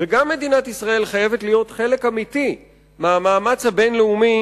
וגם מדינת ישראל חייבת להיות חלק אמיתי מהמאמץ הבין-לאומי